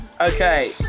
Okay